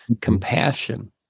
compassion